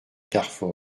carfor